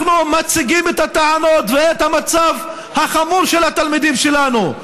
אנחנו מציגים את הטענות ואת המצב החמור של התלמידים שלנו.